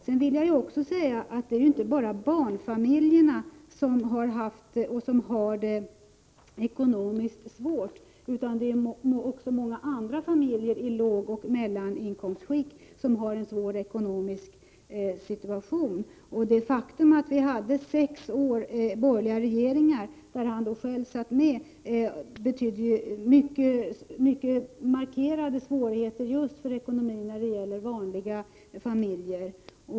Sedan vill jag säga att det inte bara är barnfamiljerna som har haft och har det svårt ekonomiskt, utan många andra familjer i lågoch mellaninkomstskikt har också en svår ekonomisk situation. Det faktum att vi under sex år hade borgerliga regeringar, där Ingemar Eliasson ingick, betydde mycket markerade ekonomiska svårigheter just för vanliga familjer.